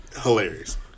hilarious